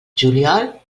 juliol